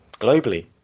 globally